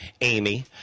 Amy